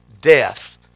death